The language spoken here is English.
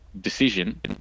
decision